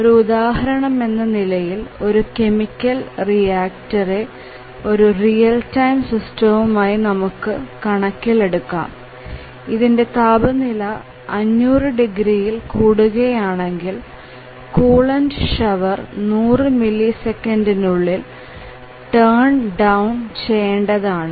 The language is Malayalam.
ഒരു ഉദാഹരണം എന്ന നിലയിൽ ഒരു കെമിക്കൽ റിയാക്ട്റെ ഒരു റിയൽ ടൈം സിസ്റ്റമായി നമുക്ക് കണക്കിൽ എടുക്കാം ഇതിന്റെ താപനില 500 ഡിഗ്രിയിൽ കൂടുകയാണെങ്കിൽ കൂളൻറ് ഷവർ 100 മില്ലി സെക്കൻഡിനുള്ളിൽ ടേൺ ടൌൺ ചെയ്യേണ്ടതാണ്